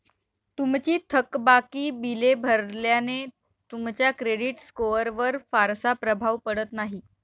तुमची थकबाकी बिले भरल्याने तुमच्या क्रेडिट स्कोअरवर फारसा प्रभाव पडत नाही